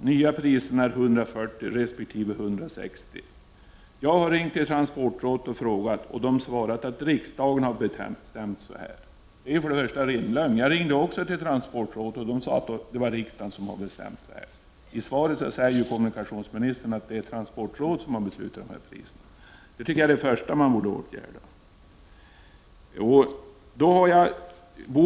De nya priserna är 140 resp. 160 kr. Jag har ringt till transportrådet och frågat. De har svarat att riksdagen har bestämt så här.” Det är ren lögn. Jag ringde också till transportrådet, och man sade att det var riksdagen som hade bestämt det här. I svaret säger kommunikationsministern att det är transportrådet som har beslutat de här priserna. Det tycker jag är det första man borde åtgärda. Jag bor,